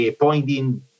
pointing